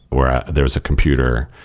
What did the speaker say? where there is a computer,